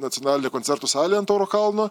nacionalinė koncertų salė ant tauro kalno